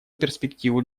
перспективу